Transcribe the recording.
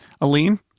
Aline